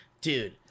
dude